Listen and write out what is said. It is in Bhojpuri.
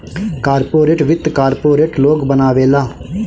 कार्पोरेट वित्त कार्पोरेट लोग बनावेला